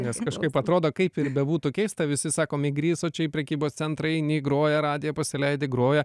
nes kažkaip atrodo kaip ir bebūtų keista visi sakom įgriso čia į prekybos centrą įeini groja radiją pasileidi groja